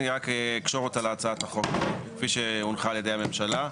אני רק אקשור אותה להצעת החוק כפי שהנוחה על ידי הממשלה.